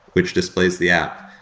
which displays the app.